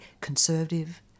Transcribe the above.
conservative